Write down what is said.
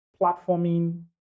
platforming